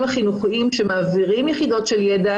החינוכיים שמעבירים יחידות של ידע,